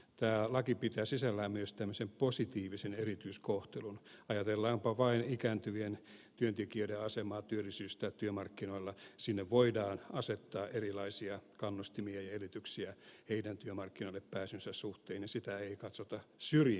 tämä laki pitää sisällään myös tämmöisen positiivisen erityiskohtelun ajatellaanpa vain ikääntyvien työntekijöiden asemaa työllisyys tai työmarkkinoilla sinne voidaan asettaa erilaisia kannustimia ja esityksiä heidän työmarkkinoille pääsynsä suhteen ja sitä ei katsota syrjinnäksi